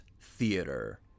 theater